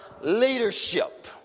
leadership